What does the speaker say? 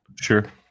Sure